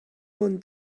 bon